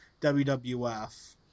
WWF